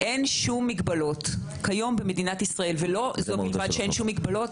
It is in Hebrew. מי שרואה את המטופל ומחליט מאיזו סיבה הוא נפטר זה הרופא שמטפל בו.